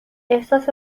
احساس